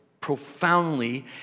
profoundly